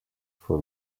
for